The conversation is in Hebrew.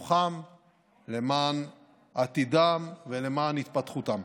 למען חינוכם, למען עתידם ולמען התפתחותם.